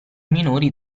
minori